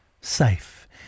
safe